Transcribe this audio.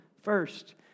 first